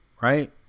right